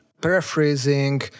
Paraphrasing